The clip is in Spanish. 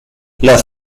las